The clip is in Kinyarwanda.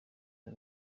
bwo